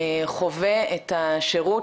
חווה את השירות,